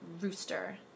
rooster